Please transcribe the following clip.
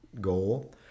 goal